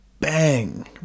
bang